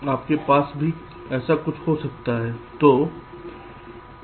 तो आपके पास भी ऐसा कुछ हो सकता है